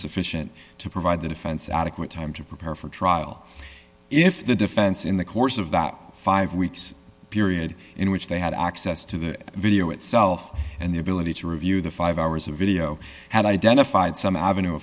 sufficient to provide the defense adequate time to prepare for trial if the defense in the course of that five weeks period in which they had access to the video itself and the ability to review the five hours of video had identified some avenue